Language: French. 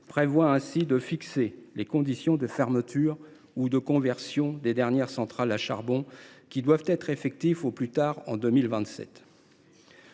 prévoit de « fixer les conditions de fermeture ou de conversion […] des dernières centrales à charbon, qui doivent être effectives au plus tard en 2027